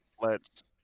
lets